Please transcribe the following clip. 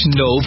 no